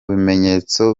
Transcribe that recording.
bimenyetso